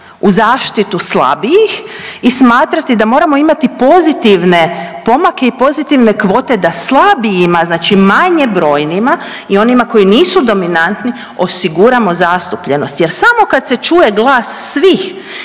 u zaštitu slabijih i smatrati da moramo imati pozitivne pomake i pozitivne kvote da slabijima, znači manje brojnima i onima koji nisu dominantni osiguramo zastupljenost. Jer samo kad se čuje glas svih